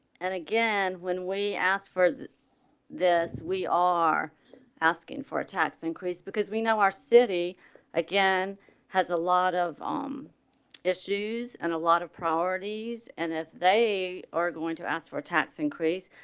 and again when we ask for this, we are asking for a tax increase because we know our city again has a lot of um issues and a lot of priorities and if they are going to ask for tax increase.